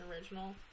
original